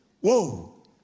Whoa